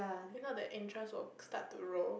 if not the interest will start to roll